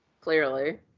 Clearly